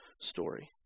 story